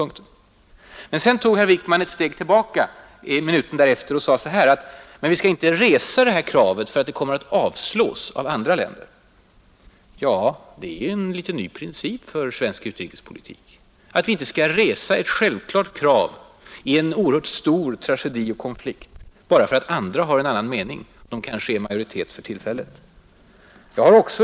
Minuten därefter tog emellertid herr Wickman ett steg tillbaka och sade: Men vi skall inte resa det här kravet, ty det kommer att avslås av andra länder, Det är en ganska ny princip för svensk utrikespolitik att vi inte skall resa ett självklart krav i en oerhört stor tragedi och konflikt bara därför att andra stater med annan mening kanske är i majoritet för tillfället.